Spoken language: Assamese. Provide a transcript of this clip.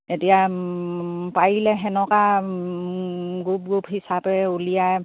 এতিয়া পাৰিলে তেনেকুৱা গ্ৰুপ গ্ৰুপ হিচাপে উলিয়াই